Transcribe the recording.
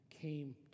came